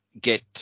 get